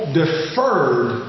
deferred